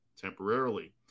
temporarily